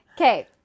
Okay